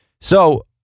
So-